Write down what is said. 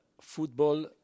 Football